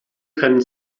können